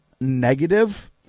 negative